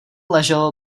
ležel